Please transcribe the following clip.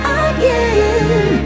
again